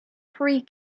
free